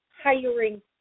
hiring